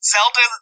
Zelda